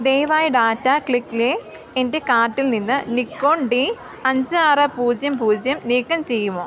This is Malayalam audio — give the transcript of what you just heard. ദയവായി ഡാറ്റ ക്ലിക്കിലെ എൻ്റെ കാർട്ടിൽനിന്ന് നിക്കോൺ ഡി അഞ്ച് ആറ് പൂജ്യം പൂജ്യം നീക്കം ചെയ്യുമോ